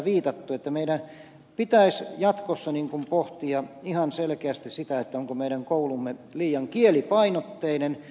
meidän pitäisi jatkossa pohtia ihan selkeästi sitä onko meidän koulumme liian kielipainotteinen